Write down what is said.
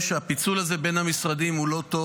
הפיצול הזה בין המשרדים הוא לא טוב.